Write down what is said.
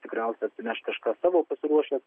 tikriausiai atsineš kažką savo pasiruošęs